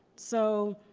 so